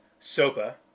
SOPA